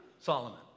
Solomon